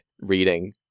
reading